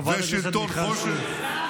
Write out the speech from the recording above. חברת הכנסת מיכל שיר.